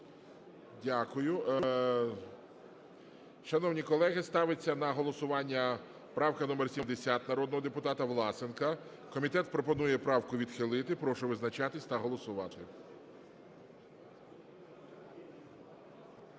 Дякую. Шановні колеги, ставиться на голосування правка номер 70 народного депутата Власенка. Комітет пропонує правку відхилити. Прошу визначатись та голосувати.